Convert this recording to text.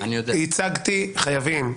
אני ייצגתי חייבים,